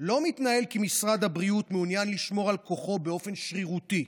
מתנהל לא כי משרד הבריאות מעוניין לשמור על כוחו באופן שרירותי.